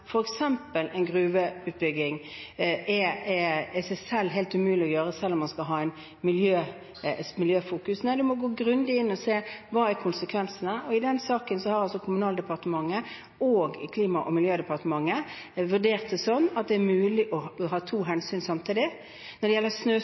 en gruveutbygging, i seg selv er helt umulig å gjøre, selv om en har miljøfokus? Nei, man må gå grundig inn og se hva som er konsekvensene. I den saken har Kommunaldepartementet og Klima- og miljødepartementet vurdert det slik at det er mulig å ta to hensyn samtidig. Når det gjelder snøscooterkjøringen, mener jeg at belastningen fra den er relativt minimal med hensyn til miljøet. Det